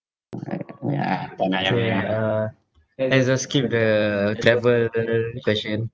okay uh let's just skip the travel question